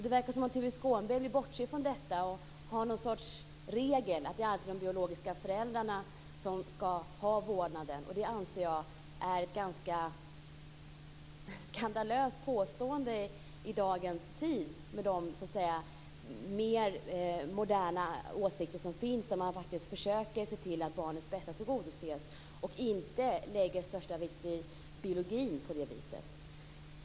Det verkar som om Tuve Skånberg vill bortse från detta och har någon sorts regel om att det alltid är de biologiska föräldrarna som ska ha vårdnaden, och det anser jag är ett ganska skandalöst påstående i dag, med de så att säga mer moderna åsikter som finns där man faktiskt försöker se till att barnets bästa tillgodoses och inte lägger största vikten vid biologin på det viset.